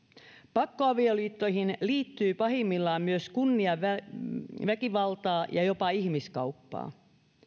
pakko avioliittoihin liittyy pahimmillaan myös kunniaväkivaltaa ja jopa ihmiskauppaa